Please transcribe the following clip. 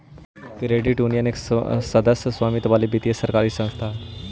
credit union एक सदस्य स्वामित्व वाली वित्तीय सरकारी संस्था हइ